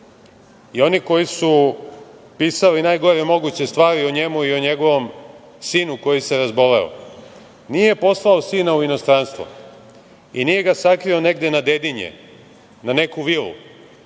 Oni koji su pisali najgore moguće stvari o njemu i o njegovom sinu koji se razboleo, nije poslao sina u inostranstvo i nije ga sakrio negde na Dedinje, na neku vilu,